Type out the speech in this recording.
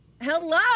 Hello